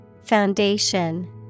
Foundation